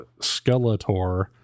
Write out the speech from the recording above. skeletor